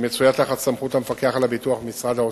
שמצויה תחת סמכות המפקח על הביטוח במשרד האוצר.